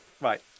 Right